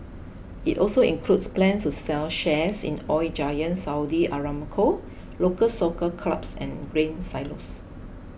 it also includes plans to sell shares in Oil Giant Saudi Aramco Local Soccer Clubs and Grain Silos